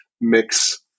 mix